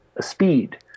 speed